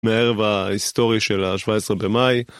מהערב ההיסטורי של ה-17 במאי.